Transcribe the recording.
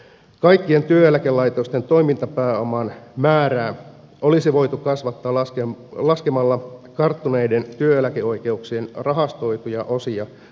kaikkien työeläkelaitosten toimintapääoman määrää olisi voitu kasvattaa laskemalla karttuneiden työeläkeoikeuksien rahastoituja osia vastaavalla määrällä